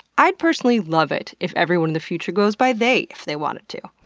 i'd personally love it if everyone in the future goes by they if they wanted too.